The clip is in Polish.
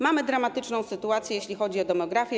Mamy dramatyczną sytuację, jeśli chodzi o demografię.